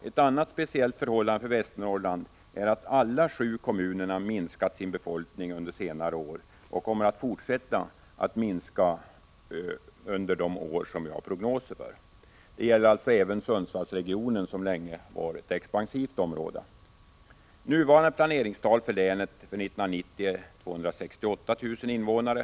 Ett annat speciellt förhållande för Västernorrland är att alla de sju kommunerna minskat sin befolkning under senare år och kommer att fortsätta att minska under de år som vi har prognoser för. Det gäller alltså även Sundsvallsregionen, som länge var ett expansivt område. Nu gällande planeringstal för länet avseende 1990 är 268 000 invånare.